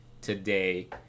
today